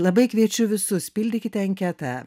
labai kviečiu visus pildykite anketą